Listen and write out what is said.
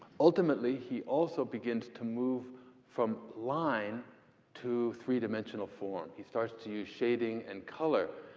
ultimately, he also begins to move from line to three-dimensional form. he starts to use shading and color.